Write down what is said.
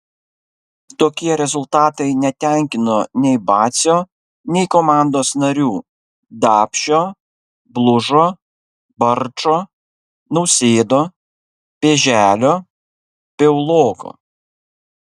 tokie rezultatai netenkino nei bacio nei komandos narių dapšio blužo barčo nausėdo pėželio piauloko